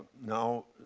now,